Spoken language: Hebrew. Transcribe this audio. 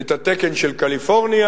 את התקן של קליפורניה.